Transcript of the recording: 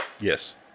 Yes